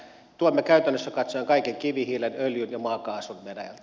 tuomme käytännössä katsoen kaiken kivihiilen öljyn ja maakaasun venäjältä